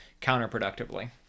counterproductively